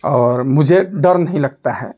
और मुझे डर नहीं लगता है